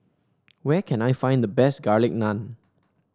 where can I find the best Garlic Naan